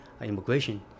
immigration